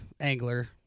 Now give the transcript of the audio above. angler